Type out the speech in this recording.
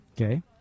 Okay